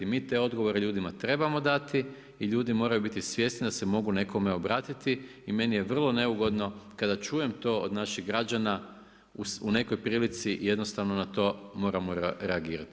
Mi te odgovore ljudima trebamo dati i ljudi moraju biti svjesni da se mogu nekome obratiti i meni je vrlo neugodno kada čujem to od naših građana u nekoj prilici, jednostavno na to moramo reagirati.